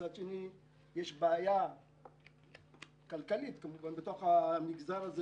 ומצד שני יש בעיה כלכלית כמובן במגזר הזה